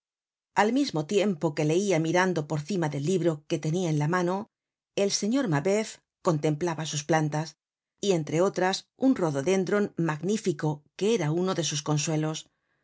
al mismo tiempo que leia mirando por cima del libro que tenia en la mano el señor mabeuf contemplaba sus plantas y entre otras un rhododendron magnífico que era uno de sus consuelos